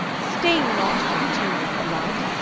stain not thy tomb with blood.